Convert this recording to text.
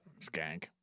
skank